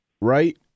right